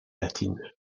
latine